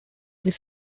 this